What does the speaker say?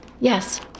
Yes